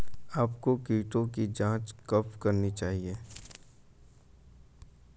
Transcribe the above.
आपको कीटों की जांच कब करनी चाहिए?